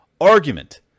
argument